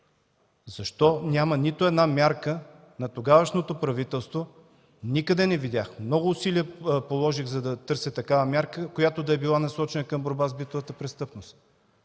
Защо няма нито една мярка на тогавашното правителство – никъде не видях, много усилия положих, за да търся такава мярка, която да е била насочена към борба с битовата престъпност?